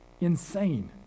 insane